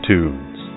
Tunes